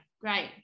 great